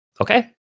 Okay